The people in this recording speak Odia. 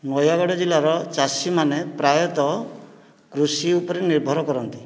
ନୟାଗଡ଼ ଜିଲ୍ଲାର ଚାଷୀମାନେ ପ୍ରାୟତଃ କୃଷି ଉପରେ ନିର୍ଭର କରନ୍ତି